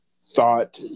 thought